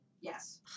Yes